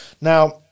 Now